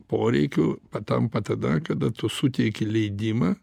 poreikiu patampa tada kada tu suteiki leidimą